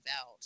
out